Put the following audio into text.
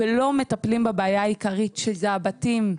לא מטפלים בבעיה העיקרית שזה הבתים.